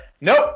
Nope